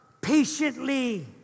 patiently